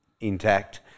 intact